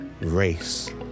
race